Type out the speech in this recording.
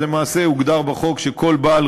אז למעשה הוגדר בחוק שכל בעל